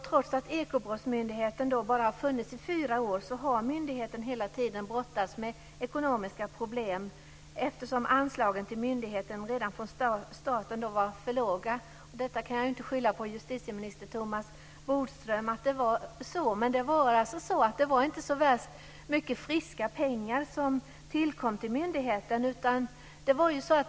Trots att Ekobrottsmyndigheten bara har funnits i fyra år har myndigheten hela tiden brottats med ekonomiska problem eftersom anslagen till myndigheten redan från starten var för låga. Detta kan jag inte skylla på justitieminister Thomas Bodström, men det var inte så värst mycket friska pengar som tillkom till myndigheten.